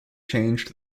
changed